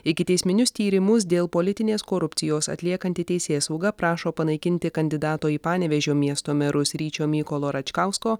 ikiteisminius tyrimus dėl politinės korupcijos atliekanti teisėsauga prašo panaikinti kandidato į panevėžio miesto merus ryčio mykolo račkausko